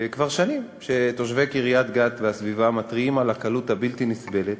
כבר שנים שתושבי קריית-גת והסביבה מתריעים על הקלות הבלתי-נסבלת